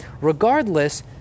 Regardless